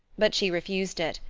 but she refused it,